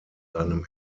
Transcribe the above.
seinem